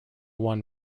one